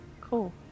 Cool